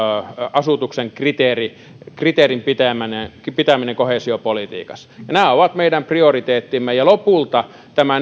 asutuksen kriteerin kriteerin pitäminen pitäminen koheesiopolitiikassa nämä ovat meidän prioriteettimme ja lopulta tämä